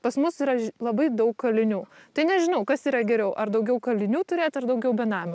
pas mus yra ži yra labai daug kalinių tai nežinau kas yra geriau ar daugiau kalinių turėt ar daugiau benamių